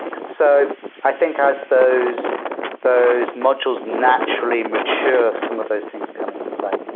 so i think as those those modules naturally mature, some of those things come into play.